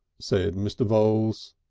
said mr. voules.